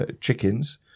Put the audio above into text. chickens